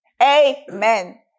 Amen